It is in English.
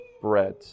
bread